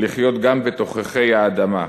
לחיות גם בתוככי האדמה.